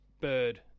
bird